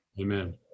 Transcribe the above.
Amen